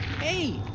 Hey